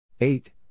Eight